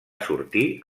sortir